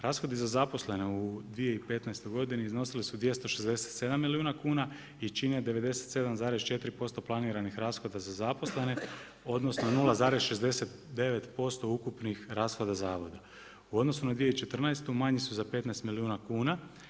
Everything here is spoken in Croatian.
Rashodi za zaposlene u 2015. godini iznosili su 267 milijuna kuna i čine 97,4% planiranih rashoda za zaposlene odnosno 0,69% ukupnih rashoda zavoda u odnosu na 2014. manji su za 15 milijuna kuna.